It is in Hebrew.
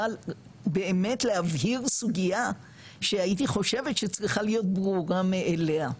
בא באמת להבהיר סוגיה שהייתי חושבת שצריכה להיות ברורה מאליה.